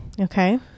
Okay